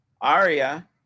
Aria